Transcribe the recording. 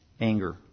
anger